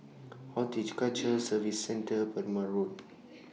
Horticulture Services Centre Perumal Road